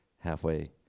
halfway